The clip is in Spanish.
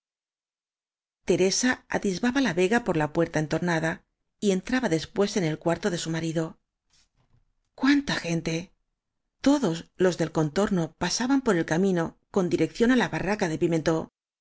criaban teresa atisbaba la vega por la puerta en áñ tornada y entraba después en el cuarto de su marido cuánta gente todos los del con torno pasaban por el camino con dirección á la barraca de pimentó